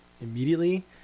immediately